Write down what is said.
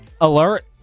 alert